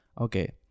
okay